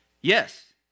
Yes